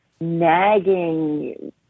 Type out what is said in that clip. nagging